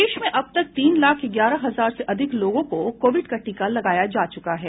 प्रदेश में अब तक तीन लाख ग्यारह हजार से अधिक लोगों को कोविड का टीका लगाया जा चुका है